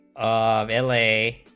of l a.